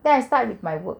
then I start with my work